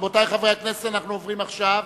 רבותי חברי הכנסת, אנחנו עוברים עכשיו